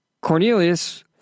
Cornelius